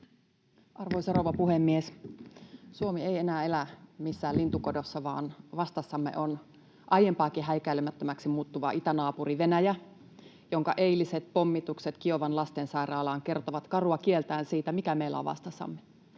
Arvoisa rouva puhemies! Suomi ei enää elä missään lintukodossa, vaan vastassamme on aiempaakin häikäilemättömämmäksi muuttuva itänaapuri Venäjä, jonka eiliset pommitukset Kiovan lastensairaalaan kertovat karua kieltään siitä, mikä meillä on vastassamme.